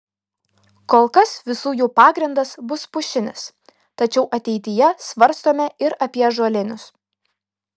kol kas visų jų pagrindas bus pušinis tačiau ateityje svarstome ir apie ąžuolinius